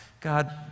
God